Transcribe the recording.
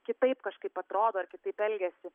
kitaip kažkaip atrodo ar kitaip elgiasi